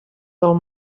del